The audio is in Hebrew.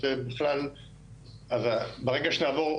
אז ברגע שנעבור,